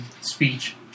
speech